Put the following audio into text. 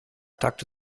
takte